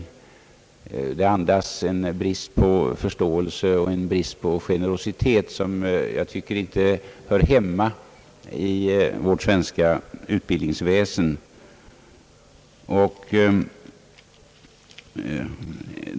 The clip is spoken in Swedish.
Det andas en brist på förståelse och en brist på generositet som inte riktigt hör hemma i vårt svenska utbildningsväsen.